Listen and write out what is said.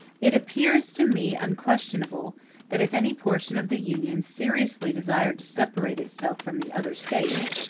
it appears to me unquestionable that if any portion of the union seriously desired to separate itself from the other states,